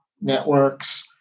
networks